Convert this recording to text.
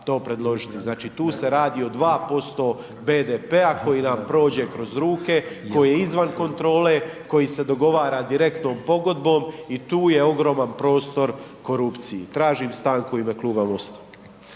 to predložiti. Znači tu se radi o 2% BDP-a koji nam prođe kroz ruke, koji je izvan kontrole, koji se dogovara direktno pogodbom i tu je ogroman prostor korupciji. Tražim stanku u ime kluba MOST-a.